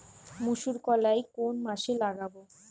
মুসুরকলাই কোন মাসে লাগাব?